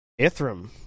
Ithram